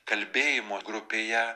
kalbėjimo grupėje